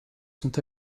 sont